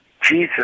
jesus